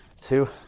two